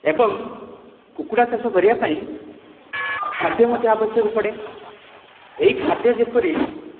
ଏବଂ କୁକୁଡ଼ା ଚାଷ କରିବାପାଇଁ ଖାଦ୍ୟ ମଧ୍ୟ ଆବଶ୍ୟକ ପଡ଼େ ଏହି ଖାଦ୍ୟ ଯେପରି